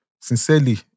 Sincerely